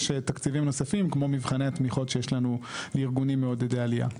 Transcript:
יש תקציבים נוספים כמו מבחני התמיכות שיש לנו לארגונים מעודדי עלייה.